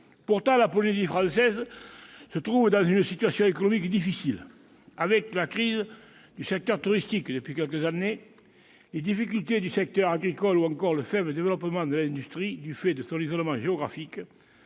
Pourtant la Polynésie française se trouve dans une situation économique difficile. Avec la crise du secteur touristique, qui sévit depuis quelques années, les difficultés du secteur agricole, ou encore le faible développement de l'industrie, du fait de son isolement géographique,